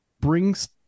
brings